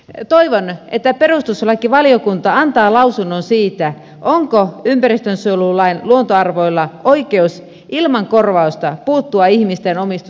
toivon että perustuslakivaliokunta antaa lausunnon siitä onko ympäristönsuojelulain luontoarvoilla oikeus ilman korvausta puuttua ihmisten omistusoikeuteen